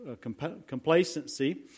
complacency